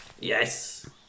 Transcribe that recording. Yes